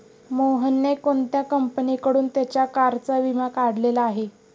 मोहनने कोणत्या कंपनीकडून त्याच्या कारचा विमा काढलेला आहे?